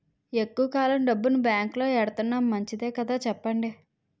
ఎక్కువ కాలం డబ్బును బాంకులో ఎడతన్నాం మంచిదే కదా చెప్పండి